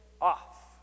off